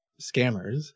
scammers